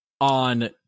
on